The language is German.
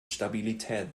stabilität